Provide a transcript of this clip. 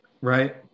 right